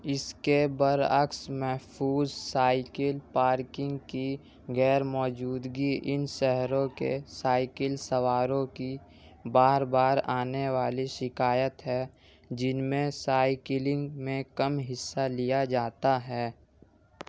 اس کے برعکس محفوظ سائیکل پارکنگ کی غیر موجودگی ان شہروں کے سائیکل سواروں کی بار بار آنے والی شکایت ہے جن میں سائیکلنگ میں کم حصہ لیا جاتا ہے